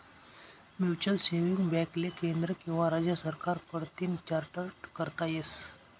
mutual saving बॅकले केंद्र किंवा राज्य सरकार कडतीन चार्टट करता येस